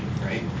right